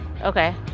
Okay